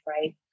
Right